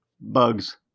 Bugs